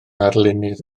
arlunydd